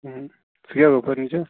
اۭں سُہ کیاہ گوٚو فٔرنیٖچَر